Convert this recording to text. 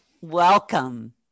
Welcome